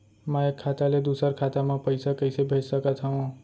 मैं एक खाता ले दूसर खाता मा पइसा कइसे भेज सकत हओं?